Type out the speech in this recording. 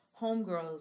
homegirls